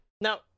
Now